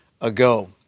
ago